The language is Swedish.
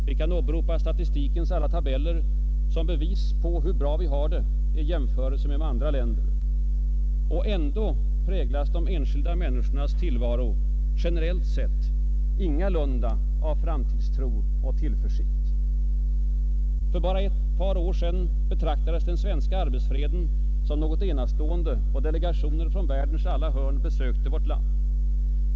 Vi kan åberopa statistikens alla tabeller som bevis på hur bra vi har det i jämförelse med andra länder. Och ändå präglas den enskilda människans tillvaro generellt sett ingalunda av framtidstro och tillförsikt. För bara ett år sedan betraktades den svenska arbetsfreden som något enastående, och delegationer från världens alla hörn besökte vårt land.